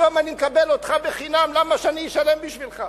היום אני מקבל אותך בחינם, למה שאני אשלם בשבילך?